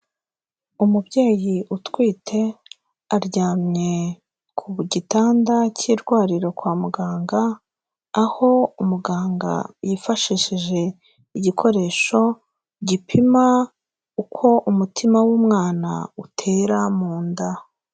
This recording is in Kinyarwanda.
Umubyeyi utwite aryamye ku gitanda cyirwariro kwa muganga aho umuganga yifashishije igikoresho gipima uko umutima w'umwana utera mu nda.